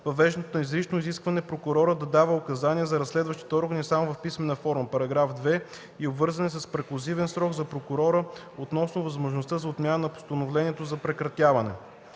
въвеждането на изрично изискване прокурорът да дава указания на разследващите органи само в писмена форма (§ 2) и обвързването с преклузивен срок за прокурора относно възможността за отмяна на постановлението за прекратяване;